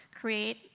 create